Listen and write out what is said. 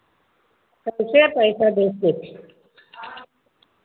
सबसे पैसा दे के